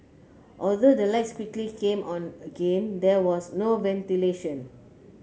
although the lights quickly came on again there was no ventilation